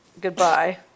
Goodbye